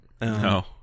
No